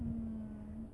mm